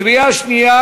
קריאה שנייה